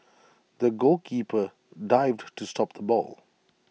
the goalkeeper dived to stop the ball